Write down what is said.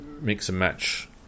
mix-and-match